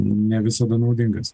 ne visada naudingas